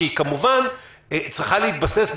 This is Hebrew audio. שהיא כמובן צריכה להתבסס,